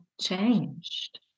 changed